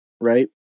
right